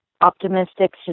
optimistic